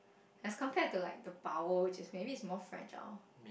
as compared to like the bowel which is maybe it's more fragile